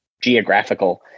geographical